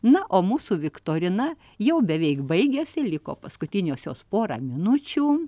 na o mūsų viktorina jau beveik baigėsi liko paskutiniosios porą minučių